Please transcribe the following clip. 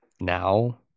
Now